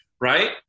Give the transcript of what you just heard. Right